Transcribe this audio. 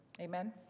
Amen